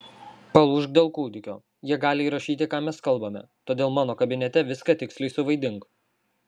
palūžk dėl kūdikio jie gali įrašyti ką mes kalbame todėl mano kabinete viską tiksliai suvaidink